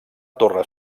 torre